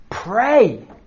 Pray